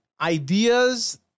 ideas